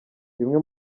bimwe